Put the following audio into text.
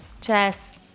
Jess